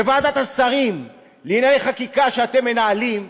בוועדת השרים לענייני חקיקה שאתם מנהלים,